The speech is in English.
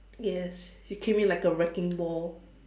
yes she came in like a wrecking ball